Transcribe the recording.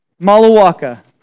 Malawaka